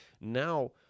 Now